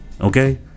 Okay